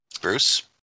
Bruce